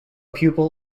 pupil